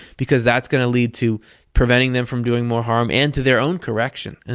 because that's going to lead to preventing them from doing more harm and to their own correction, and